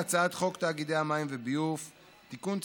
ההצעה להעביר את הצעת חוק הביטוח הלאומי (תיקון מס'